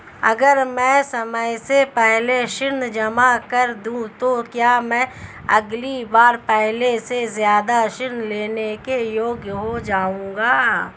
अगर मैं समय से पहले ऋण जमा कर दूं तो क्या मैं अगली बार पहले से ज़्यादा ऋण लेने के योग्य हो जाऊँगा?